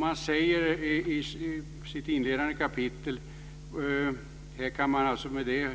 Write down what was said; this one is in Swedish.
Man talar i sitt inledande kapitel om att kunna